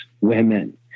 women